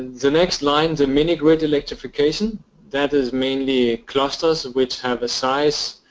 the next line, the mini-grid electrification that is mainly clusters which have a size